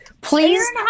Please